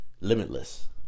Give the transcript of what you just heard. Limitless